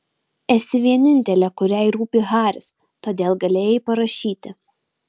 esi vienintelė kuriai rūpi haris todėl galėjai parašyti